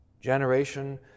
Generation